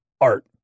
art